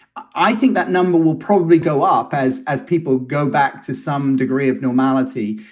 i think that number will probably go up as as people go back to some degree of normality.